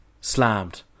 slammed